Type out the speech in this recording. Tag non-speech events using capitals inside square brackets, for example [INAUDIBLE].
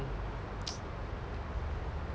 [NOISE]